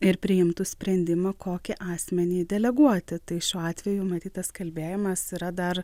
ir priimtų sprendimą kokį asmenį deleguoti tai šiuo atveju matyt tas kalbėjimas yra dar